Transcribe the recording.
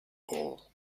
all